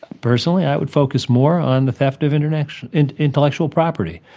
personally, i would focus more on the theft of intellectual and intellectual property.